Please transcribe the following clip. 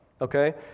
Okay